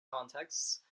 contexts